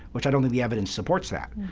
which i don't think the evidence supports that.